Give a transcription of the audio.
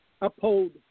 uphold